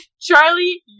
Charlie